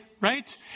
right